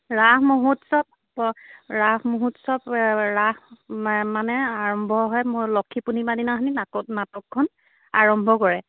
ৰাস মহোৎসৱ ৰাস মহোৎসৱ ৰাস মানে আৰম্ভ হয় মই লক্ষী পূৰ্ণিমা দিনাখন নাটকখন আৰম্ভ কৰে